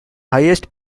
highest